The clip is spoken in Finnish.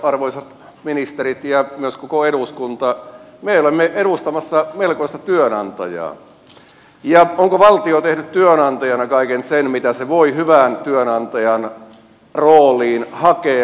arvoisat ministerit ja myös koko eduskunta me olemme edustamassa melkoista työnantajaa ja onko valtio tehnyt työnantajana kaiken sen mitä se voi hyvään työnantajan rooliin hakea